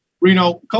Reno